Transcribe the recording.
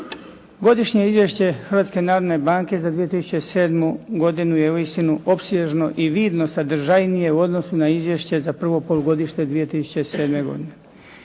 narodne banke za 2007. godinu je uistinu opsežno i vidno sadržajnije u odnosu na izvješće za prvo polugodište 2007. godine.